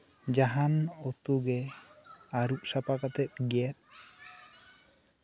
ᱡᱟᱦᱟᱱ ᱩᱛᱩᱜᱮ ᱟᱹᱨᱩᱵᱽ ᱥᱟᱯᱷᱟ ᱠᱟᱛᱮᱜ ᱜᱮᱛ